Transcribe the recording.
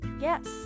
yes